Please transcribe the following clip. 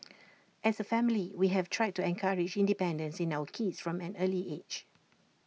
as A family we have tried to encourage independence in our kids from an early age